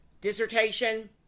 dissertation